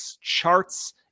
charts